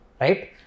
Right